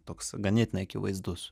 toks ganėtinai akivaizdus